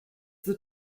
the